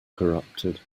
corrupted